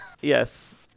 Yes